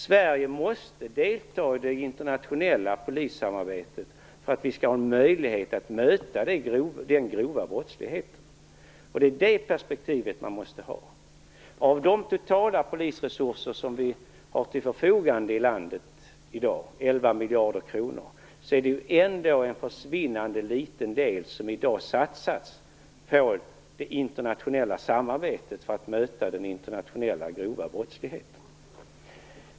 Sverige måste delta i det internationella polissamarbetet för att vi skall ha en möjlighet att möta den grova brottsligheten. Det är det perspektivet man måste ha. Av de totala polisresurser som vi har till förfogande i landet i dag, 11 miljarder kronor, är det ändå en försvinnande liten del som i dag satsas på det internationella samarbetet för att möta den internationella grova brottsligheten.